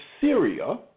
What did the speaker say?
Syria